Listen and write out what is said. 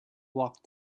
walked